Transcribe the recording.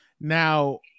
Now